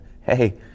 hey